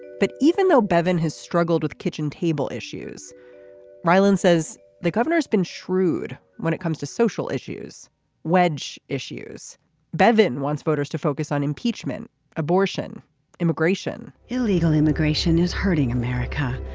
but even though bevin has struggled with kitchen table issues raylan says the governor has been shrewd when it comes to social issues wedge issues bevin wants voters to focus on impeachment abortion immigration illegal immigration is hurting america.